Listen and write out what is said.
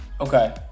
okay